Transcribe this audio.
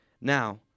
Now